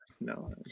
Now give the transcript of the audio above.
No